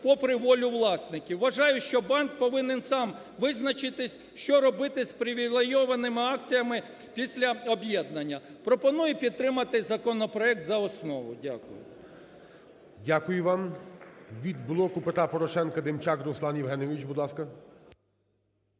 попри волі власників. Вважаю, що банк повинен сам визначитись, що робити з привілейованими акціями після об'єднання. Пропоную підтримати законопроект за основу. Дякую. ГОЛОВУЮЧИЙ. Дякую вам. Від "Блоку Петра Порошенка" Демчак Руслан Євгенович, будь ласка.